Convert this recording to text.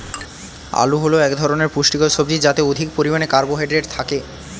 আলু হল এক ধরনের পুষ্টিকর সবজি যাতে অধিক পরিমাণে কার্বোহাইড্রেট থাকে